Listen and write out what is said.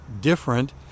different